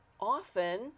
often